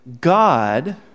God